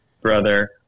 brother